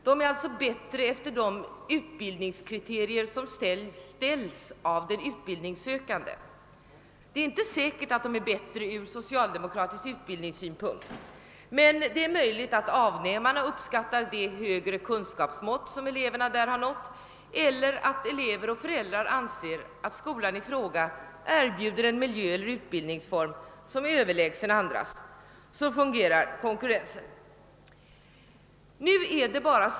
D.v.s. de är bättre efter de utbildningskriterier som ställs av den utbildningssökande — det är inte säkert att de är bättre från social demokratisk utbildningssynpunkt. Det är emellertid möjligt att avnämarna uppskattar det högre kunskapsmått som eleverna där får eller att elever och föräldrar anser att skolan i fråga erbjuder en miljö eller en utbildningsform som är överlägsen andra skolors. Så fungerar konkurrensen.